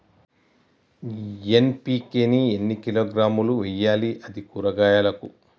NPK ని ఎన్ని కిలోగ్రాములు వెయ్యాలి? అది కూరగాయలకు?